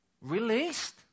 released